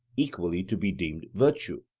equally to be deemed virtue?